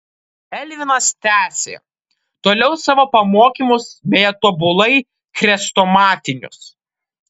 elvinas tęsė toliau savo pamokymus beje tobulai chrestomatinius